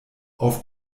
auf